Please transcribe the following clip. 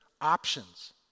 options